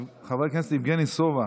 חבר הכנסת יבגני סובה,